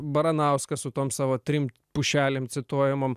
baranauskas su tom savo trim pušelėm cituojamom